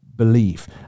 belief